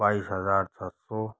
बाइस हज़ार छः सौ